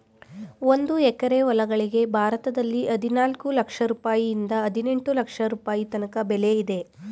ಒಂದು ಎಕರೆ ಹೊಲಗಳಿಗೆ ಭಾರತದಲ್ಲಿ ಹದಿನಾಲ್ಕು ಲಕ್ಷ ರುಪಾಯಿಯಿಂದ ಹದಿನೆಂಟು ಲಕ್ಷ ರುಪಾಯಿ ತನಕ ಬೆಲೆ ಇದೆ